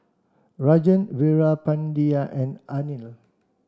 Rajan Veerapandiya and Anil